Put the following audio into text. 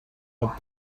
but